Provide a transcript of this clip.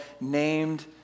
named